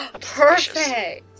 Perfect